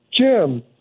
Jim